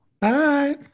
Bye